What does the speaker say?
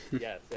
yes